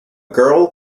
girl